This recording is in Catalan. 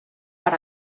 per